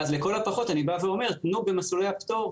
לכל הפחות אני בא ואומר: תנו במסלולי הפטור,